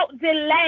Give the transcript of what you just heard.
delay